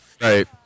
Right